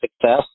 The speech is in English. success